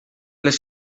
les